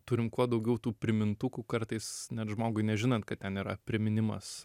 turim kuo daugiau tų primintukų kartais net žmogui nežinant kad ten yra priminimas